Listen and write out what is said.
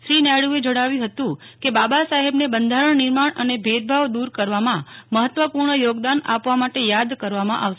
શ્રી નાયડુએ જણાવ્યું હતું કે બાબા સાહેબને બંધારણ નિર્માણ અને ભેદભાવ દૂર કરવામાં મહત્વપૂર્ણ યોગદાન આપવા માટે યાદ કરવામાં આવશે